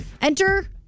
Enter